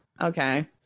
Okay